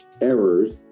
errors